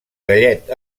gallet